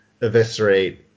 eviscerate